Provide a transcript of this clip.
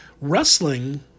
Wrestling